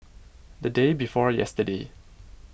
the day before yesterday